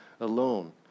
alone